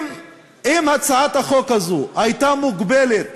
אם הצעת החוק הזאת הייתה מוגבלת